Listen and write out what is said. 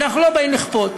אנחנו לא באים לכפות.